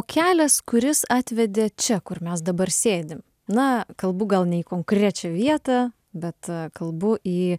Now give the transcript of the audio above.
kelias kuris atvedė čia kur mes dabar sėdim na kalbu gal ne į konkrečią vietą bet kalbu į